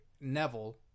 Neville